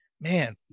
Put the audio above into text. man